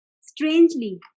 strangely